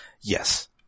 Yes